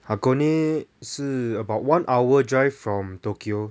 hakone 是 about one hour drive from tokyo